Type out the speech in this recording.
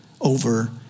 over